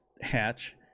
hatch